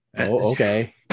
okay